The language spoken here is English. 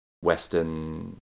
Western